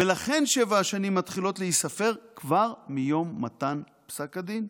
ולכן שבע השנים מתחילות להיספר כבר מיום מתן פסק הדין.